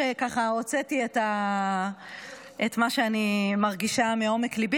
כשהוצאתי את מה שאני מרגישה מעומק ליבי,